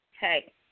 Hey